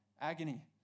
agony